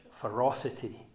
ferocity